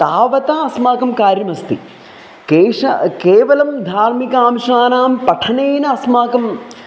तावत् अस्माकं कार्यमस्ति केश केवलं धार्मिक अंशानां पठनेन अस्माकम्